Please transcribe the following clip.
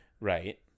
Right